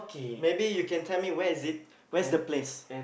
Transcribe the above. maybe you can tell me where is it where's the place